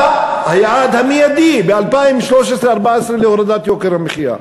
מה היעד המיידי ב-2013 2014 בהורדת יוקר המחיה?